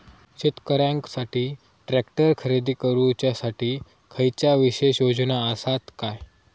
शेतकऱ्यांकसाठी ट्रॅक्टर खरेदी करुच्या साठी खयच्या विशेष योजना असात काय?